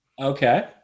Okay